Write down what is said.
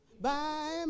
bye